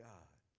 God